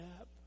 up